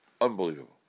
Unbelievable